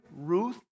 Ruth